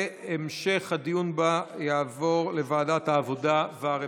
המשך הדיון בה יעבור לוועדת עבודה והרווחה.